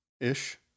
ish